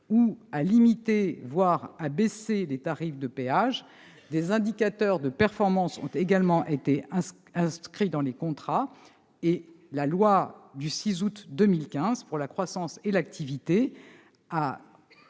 ou à limiter- voire à baisser-les tarifs de péage. Des indicateurs de performance ont également été introduits dans les contrats. Par ailleurs, depuis la loi du 6 août 2015 pour la croissance, l'activité